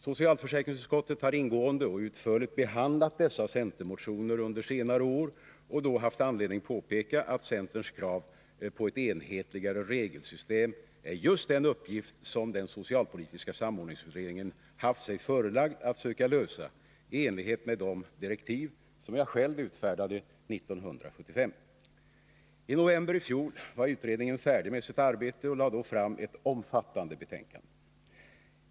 Socialförsäkringsutskottet har ingående och utförligt behandlat dessa centermotioner under senare år och då haft anledning påpeka att centerns krav på ett enhetligare regelsystem är just den uppgift som den socialpolitiska samordningsutredningen haft sig förelagd att söka lösa i enlighet med de direktiv som jag själv utfärdade 1975. Inovemberi fjol var utredningen färdig med sitt arbete och lade då fram ett omfattande betänkande.